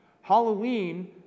Halloween